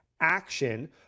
ACTION